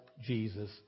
Jesus